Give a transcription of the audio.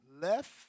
left